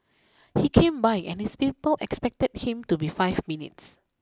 he came by and his people expected him to be five minutes